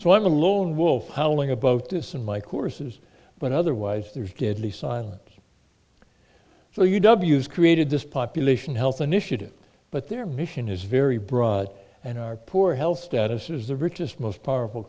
so i'm a lone wolf howling about this in my courses but otherwise there's deadly silence so you w s created this population health initiative but their mission is very broad and our poor health status is the richest most powerful